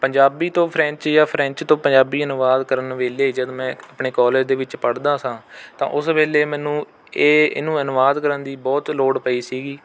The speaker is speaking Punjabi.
ਪੰਜਾਬੀ ਤੋਂ ਫਰੈਂਚ ਜਾਂ ਫਰੈਂਚ ਤੋਂ ਪੰਜਾਬੀ ਅਨੁਵਾਦ ਕਰਨ ਵੇਲੇ ਜਦ ਮੈਂ ਆਪਣੇ ਕਾਲਜ ਦੇ ਵਿੱਚ ਪੜ੍ਹਦਾ ਸਾਂ ਤਾਂ ਉਸ ਵੇਲੇ ਮੈਨੂੰ ਇਹ ਇਹਨੂੰ ਅਨੁਵਾਦ ਕਰਨ ਦੀ ਬਹੁਤ ਲੋੜ ਪਈ ਸੀਗੀ